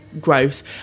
gross